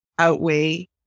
Outweigh